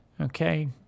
Okay